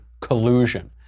collusion